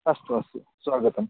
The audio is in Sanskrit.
अस्तु अस्तु स्वागतम्